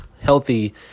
healthy